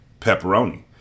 pepperoni